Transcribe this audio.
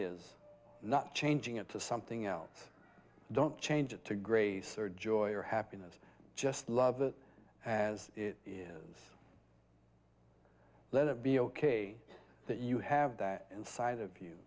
is not changing it to something else don't change it to grace or joy or happiness just love it as it is let it be ok that you have that inside of you